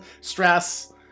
stress